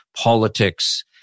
politics